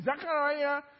zachariah